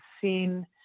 seen